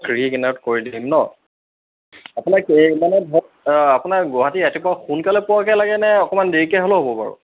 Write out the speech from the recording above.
খিৰিকী কিনাৰত কৰি দি দিম নহ্ আপোনাক এই মানে ধৰক আপোনাৰ গুৱাহাটী ৰাতিপুৱা সোনকালে পোৱাকৈ লাগেনে অকণমান দেৰিকৈ হ'লেও হ'ব বাৰু